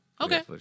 Okay